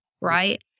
right